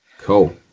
Cool